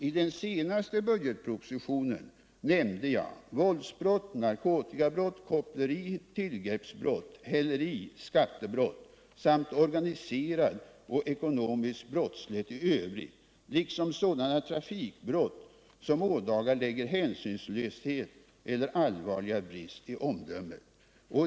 I den senaste budgetpropositionen nämnde jag våldsbrott, narkotikabrott, koppleri, tillgreppsbrott, häleri, skattebrott samt organiserad och ekonomisk brottslighet i övrigt liksom sådana trafikbrott som ådagalägger hänsynslöshet eller allvarlig brist på omdöme.